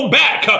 back